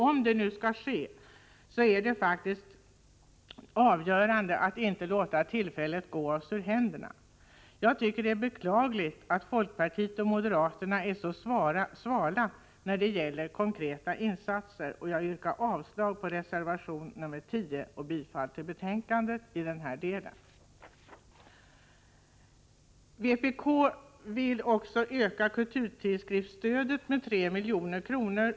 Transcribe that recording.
Om detta nu skall kunna ske är det avgörande att vi inte låter tillfället gå oss ur händerna. Jag tycker att det är beklagligt att folkpartiet och moderaterna är så svala när det gäller konkreta insatser. Jag yrkar alltså avslag på reservation nr 10 och bifall till utskottets hemställan i den här delen. Vpk vill öka kulturtidskriftsstödet med 3 milj.kr.